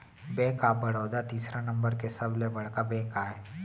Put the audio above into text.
bank of Baroda तीसरा number के सबले बड़का बेंक आय